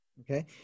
okay